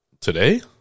Today